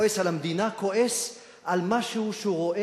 כועס על המדינה,